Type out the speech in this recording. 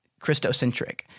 Christocentric